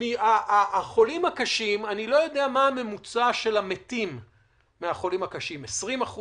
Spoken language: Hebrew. אני לא יודע מה הממוצע של המתים מתוך החולים הקשים 20%?